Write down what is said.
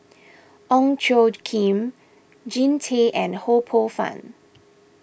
Ong Tjoe Kim Jean Tay and Ho Poh Fun